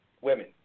Women